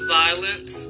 violence